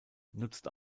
nutzt